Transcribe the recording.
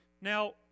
Now